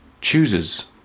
chooses